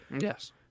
Yes